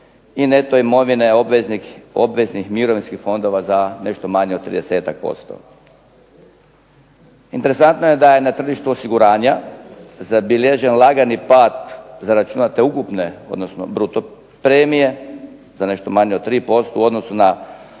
i neto imovine obveznih mirovinskih fondova za nešto manje od 30-ak posto. Interesantno je da je na tržištu osiguranja zabilježen lagani pad zaračunate ukupne, odnosno bruto premije za nešto manje od 3% u odnosu na